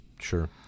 sure